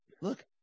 Look